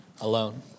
alone